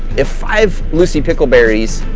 if five lucy pickle berries,